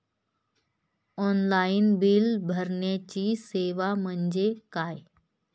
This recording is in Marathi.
ऑनलाईन बिल भरण्याची सेवा म्हणजे काय?